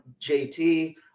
JT